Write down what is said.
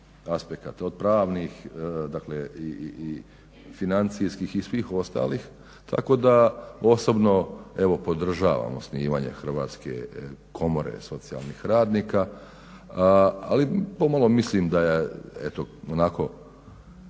aspekata od pravnih, financijskih i svih ostalih. Tako da osobno podržavam osnivanje Hrvatske komore socijalnih radnika ali pomalo mislim da je eto onako